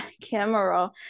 camera